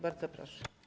Bardzo proszę.